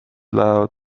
lähevad